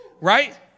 Right